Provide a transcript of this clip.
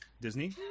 Disney